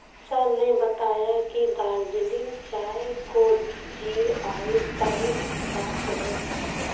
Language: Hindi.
सर ने बताया कि दार्जिलिंग चाय को जी.आई टैग प्राप्त है